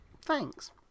thanks